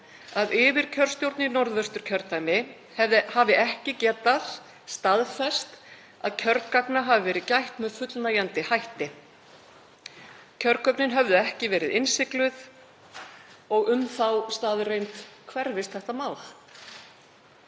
að yfirkjörstjórn í Norðvesturkjördæmi hafi ekki getað staðfest að kjörgagna hafi verið gætt með fullnægjandi hætti. Kjörgögnin höfðu ekki verið innsigluð og um þá staðreynd hverfist þetta mál.